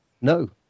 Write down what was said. no